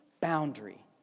boundary